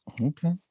Okay